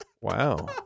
Wow